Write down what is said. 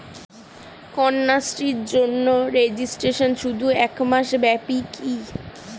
কন্যাশ্রীর জন্য রেজিস্ট্রেশন শুধু এক মাস ব্যাপীই কি?